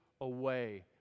away